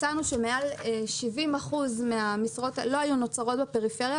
מצאנו שמעל 70% מהמשרות האלה לא היו נוצרות בפריפריה,